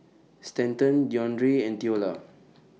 Stanton Deondre and Theola